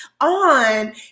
on